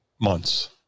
months